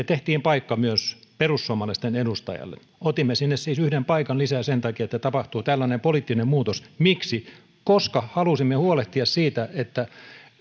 tehtiin paikka myös perussuomalaisten edustajalle otimme sinne siis yhden paikan lisää sen takia että tapahtui tällainen poliittinen muutos miksi koska halusimme huolehtia siitä että